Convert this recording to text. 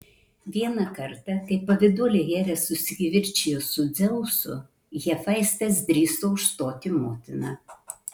vieną kartą kai pavyduolė hera susikivirčijo su dzeusu hefaistas drįso užstoti motiną